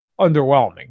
underwhelming